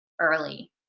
early